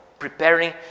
preparing